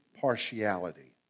partiality